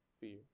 fear